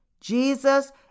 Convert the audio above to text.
Jesus